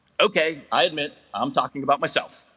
okay i admit i'm talking about myself